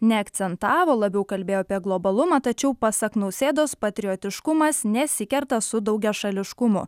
neakcentavo labiau kalbėjo apie globalumą tačiau pasak nausėdos patriotiškumas nesikerta su daugiašališkumu